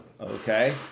okay